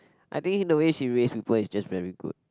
I think in the way she raise people it's just very good